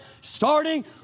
Starting